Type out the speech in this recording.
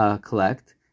collect